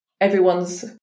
everyone's